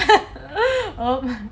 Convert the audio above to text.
!oops!